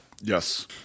Yes